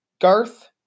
Garth